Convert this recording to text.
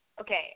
Okay